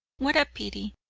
what a pity,